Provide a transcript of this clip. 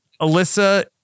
Alyssa